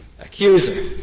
accuser